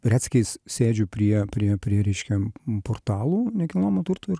retsykiais sėdžiu prie prie prie reiškia portalų nekilnojamo turto ir